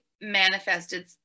manifested